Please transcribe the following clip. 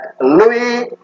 Louis